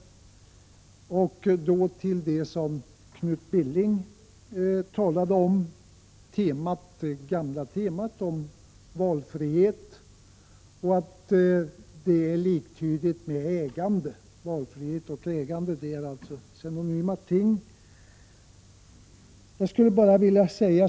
Jag vill då börja med det som Knut Billing sade när han tog upp det gamla temat om valfrihet. Enligt hans mening är valfrihet liktydigt med ägande — det är alltså fråga om två synonyma ting.